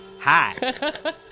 Hi